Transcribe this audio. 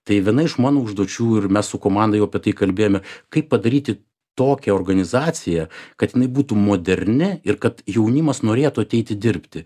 tai viena iš mano užduočių ir mes su komanda jau apie tai kalbėjome kaip padaryti tokią organizaciją kad jinai būtų moderni ir kad jaunimas norėtų ateiti dirbti